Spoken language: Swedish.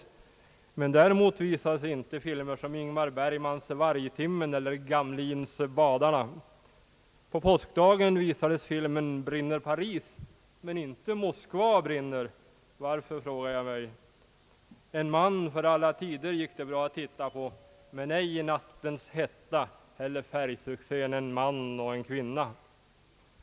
Däremot visades inte filmer som Ingmar Bergmans »Vargtimmen» eller Yngve Gamlins »Badarna». På påskdagen visades filmen »Brinner Paris», men inte »Moskva brinner». Varför, frågar jag mig. »En man för alla tider» gick det bra att titta på, men ej »I nattens hetta» eller färgsuccén »En man och en kvinna».